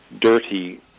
dirty